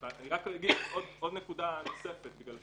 אנחנו